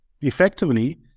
effectively